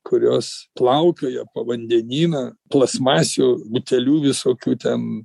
kurios plaukioja po vandenyną plastmasių butelių visokių ten